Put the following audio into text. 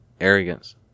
arrogance